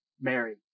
Mary